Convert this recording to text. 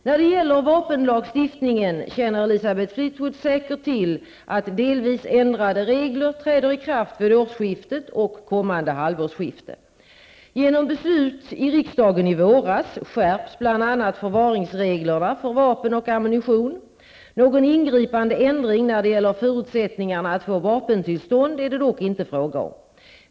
När det gäller vapenlagstiftningen känner Elisabeth Fleetwood säkert till att delvis ändrade regler träder i kraft vid årsskiftet och kommande halvårsskifte. Genom beslut i riksdagen i våras Någon ingripande ändring när det gäller förutsättningarna att få vapentillstånd är det dock inte fråga om.